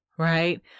right